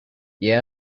yeah